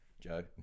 Joe